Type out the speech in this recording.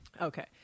okay